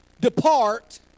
depart